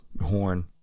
horn